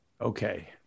Okay